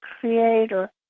creator